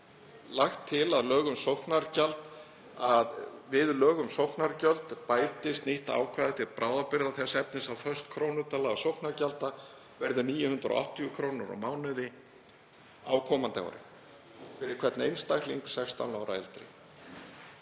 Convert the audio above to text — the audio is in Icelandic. lagt til að við lög um sóknargjöld bætist nýtt ákvæði til bráðabirgða þess efnis að föst krónutala sóknargjalda verði 980 kr. á mánuði á komandi ári fyrir hvern einstakling 16 ára og eldri.